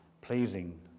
pleasing